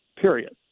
period